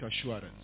assurance